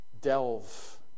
delve